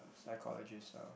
psychologist lah